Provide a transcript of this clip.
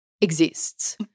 exists